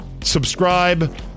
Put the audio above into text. Subscribe